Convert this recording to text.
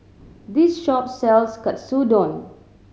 this shop sells Katsudon